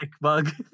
bug